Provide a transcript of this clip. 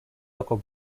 toko